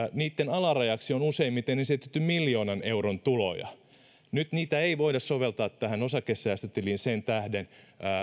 alarajaksi on useimmiten esitetty miljoonan euron tuloja nyt niitä ei voida soveltaa tähän osakesäästötiliin sen tähden